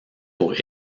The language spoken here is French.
pour